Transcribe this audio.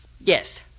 Yes